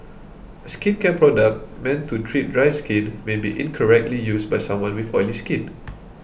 a skincare product meant to treat dry skin may be incorrectly used by someone with oily skin